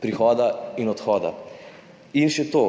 prihoda in odhoda. In še to,